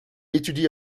étudie